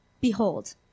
behold